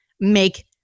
make